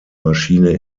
maschine